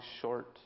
short